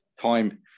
time